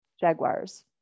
jaguars